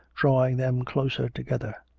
drawing them closer together.